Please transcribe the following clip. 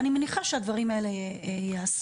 אני מניחה שהדברים האלה ייעשו.